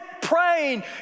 praying